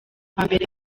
mbere